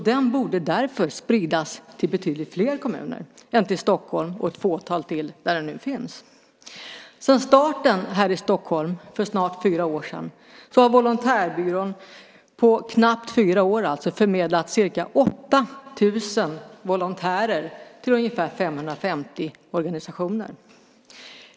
Den borde därför spridas till betydligt fler kommuner än Stockholm och ett fåtal till där den nu finns. Sedan starten här i Stockholm för snart fyra år sedan har Volontärbyrån förmedlat ca 8 000 volontärer till ungefär 550 organisationer.